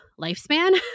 lifespan